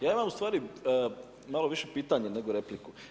Ja imam u stvari malo više pitanje nego repliku.